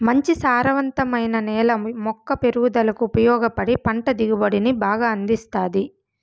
మంచి సారవంతమైన నేల మొక్క పెరుగుదలకు ఉపయోగపడి పంట దిగుబడిని బాగా అందిస్తాది